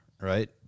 right